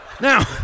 now